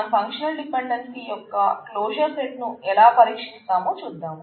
మనం functional dependency యొక్క closure set ను ఎలా పరీక్షిస్తామో చూద్దాం